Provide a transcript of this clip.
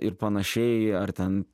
ir panašiai ar ten